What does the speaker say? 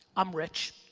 i'm rich.